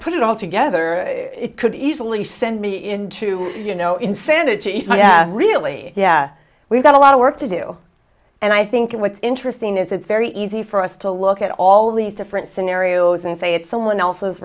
put it all together it could easily send me into you know insanity really yeah we've got a lot of work to do and i think what's interesting is it's very easy for us to look at all these different scenarios and say it's someone else's